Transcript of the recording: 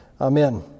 Amen